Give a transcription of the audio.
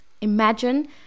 imagine